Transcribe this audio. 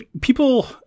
people